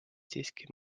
siiski